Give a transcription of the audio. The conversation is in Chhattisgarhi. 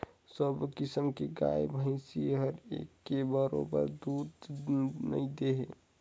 सबो किसम के गाय भइसी हर एके बरोबर दूद नइ दे